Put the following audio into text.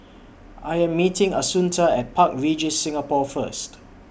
I Am meeting Assunta At Park Regis Singapore First